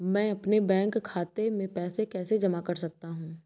मैं अपने बैंक खाते में पैसे कैसे जमा कर सकता हूँ?